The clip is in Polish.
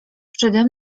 przede